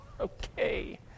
Okay